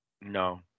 No